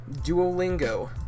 Duolingo